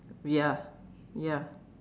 ya ya